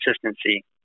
consistency